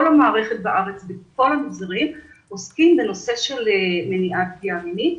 וכל המערכת בארץ בכל המגזרים עוסקים בנושא של מניעת פגיעה מינית,